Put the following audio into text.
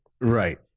Right